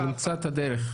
נמצא את הדרך.